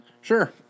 Sure